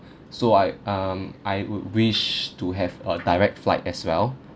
so I um I would wish to have a direct flight as well